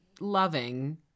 loving